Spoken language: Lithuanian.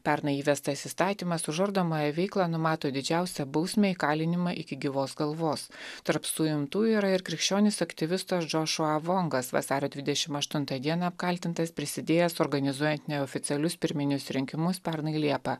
pernai įvestas įstatymas už ardomąją veiklą numato didžiausią bausmę įkalinimą iki gyvos galvos tarp suimtųjų yra ir krikščionis aktyvistas džošua vongas vasario dvidešimt aštuntą dieną apkaltintas prisidėjęs organizuojant neoficialius pirminius rinkimus pernai liepą